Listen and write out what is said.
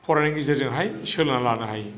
फरायनायनि गेजेरजोंहाय सोलोंनानै लानो हायो